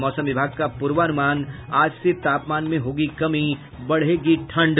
और मौसम विभाग का पूर्वानुमान आज से तापमान में होगी कमी बढ़ेगी ठंड